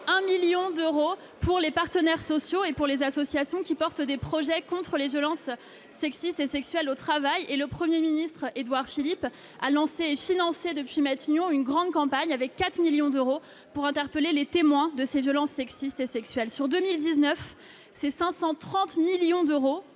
1 million d'euros pour les partenaires sociaux et les associations qui portent des projets contre les violences sexistes et sexuelles au travail. Le Premier ministre, Édouard Philippe, a lancé et financé depuis Matignon, une grande campagne, dotée de 4 millions d'euros, pour interpeller les témoins de ces violences sexistes et sexuelles. En 2019, c'est 530 millions d'euros